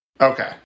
okay